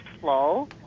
slow